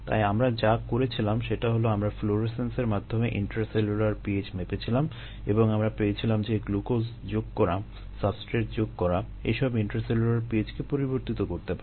তাই আমরা যা করেছিলাম সেটা হলো আমরা ফ্লুরোসেন্সের মাধ্যমে ইন্ট্রাসেলুলার pH মেপেছিলাম এবং আমরা পেয়েছিলাম যে গ্লুকোজ যোগ করা সাবস্ট্রেট যোগ করা - এসব ইন্ট্রাসেলুলার pH কে পরিবর্তিত করতে পারে